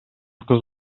кыз